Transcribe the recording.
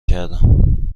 کردم